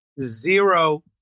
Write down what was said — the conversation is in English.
zero